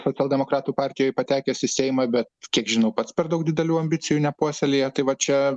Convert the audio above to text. socialdemokratų partijoj patekęs į seimą bet kiek žinau pats per daug didelių ambicijų nepuoselėja tai va čia